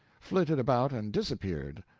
flitted about and disappeared,